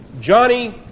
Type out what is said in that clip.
Johnny